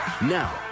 Now